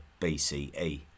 BCE